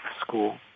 school